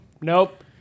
nope